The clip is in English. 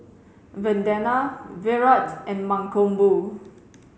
Vandana Virat and Mankombu